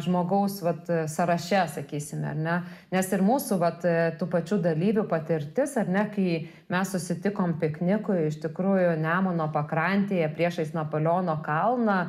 žmogaus vat sąraše sakysime ar ne nes ir mūsų vat tų pačių dalyvių patirtis ar ne kai mes susitikom piknikui iš tikrųjų nemuno pakrantėje priešais napoleono kalną